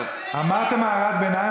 אמרתם הערת ביניים,